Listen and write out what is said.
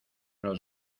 los